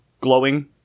glowing